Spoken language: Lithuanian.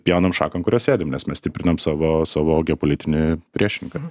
pjaunam šaką ant kurios sėdim nes mes stiprinam savo savo geopolitinį priešininką